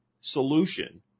solution